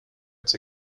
its